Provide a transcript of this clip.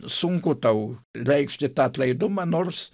sunku tau reikšti tą atlaidumą nors